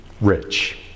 rich